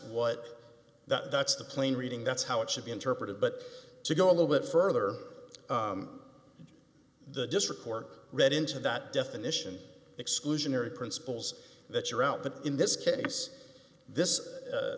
what that's the plain reading that's how it should be interpreted but to go a little bit further the district court read into that definition exclusionary principles that you're out but in this case this